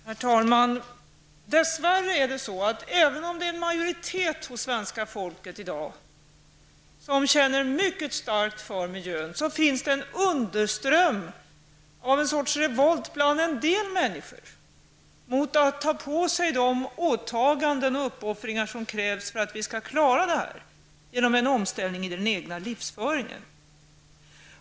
Herr talman! Dess värre är det så att även om det är en majoritet hos svenska folket i dag som känner mycket starkt för miljön, så finns en underström av någon sorts revolt bland en del människor mot att ta på sig de åtaganden och de uppoffringar som krävs för att vi skall kunna klara det här genom en omställning av den egna livsföringen.